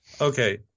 Okay